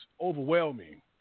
overwhelming